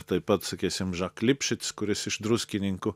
taip pat sakysim žak lipšis kuris iš druskininkų